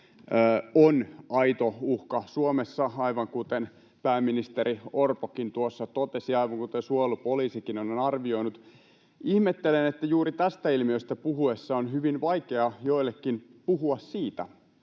on aito uhka Suomessa, aivan kuten pääministeri Orpokin tuossa totesi ja aivan kuten suojelupoliisikin on arvioinut. Ihmettelen, että juuri tästä ilmiöstä puhuminen on hyvin vaikeaa joillekin ja on